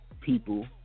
people